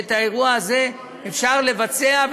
ואת הדבר הזה אפשר לבצע,